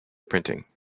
printing